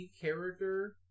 character